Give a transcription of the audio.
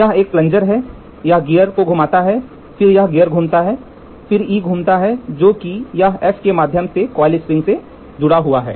यहां एक प्लनजर है इस गियर को घुमाता है फिर यह गियर घूमता है फिर E घूमता है जो कि यह F के माध्यम से कॉइल स्प्रिंग से जुड़ा हुआ है